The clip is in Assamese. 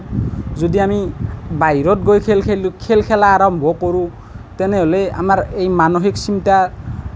যদি আমি বাহিৰত গৈ খেল খেলোঁ খেল খেলা আৰম্ভ কৰোঁ তেনেহ'লে আমাৰ এই মানসিক চিন্তা